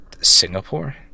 Singapore